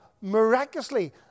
miraculously